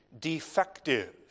defective